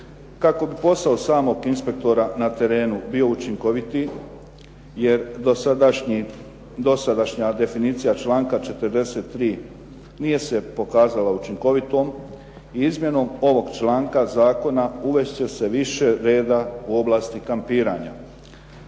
Kako bi posao samog inspektora na terenu bio učinkovitiji jer dosadašnja definicija članka 43. nije se pokazala učinkovitom i izmjenom ovog članka zakona uvesti će se više reda u oblasti kampiranja.